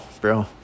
bro